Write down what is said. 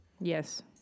Yes